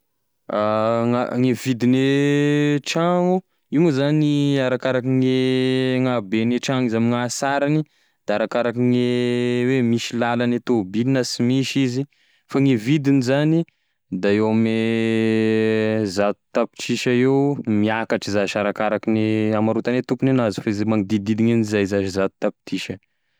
Gn- gne vidine tragno, io moa zany arakaraky gn'habegne tragno izy amign'asarany da arakarakine hoe misy lalagne tôbily na sy misy izy fa gne vidigny zany da eo ame zato tapitrisa eo miakatry zash arakarakine hamarotagne tompony anazy fa izy magnodidididigny an'izay zash zato tapitrisa.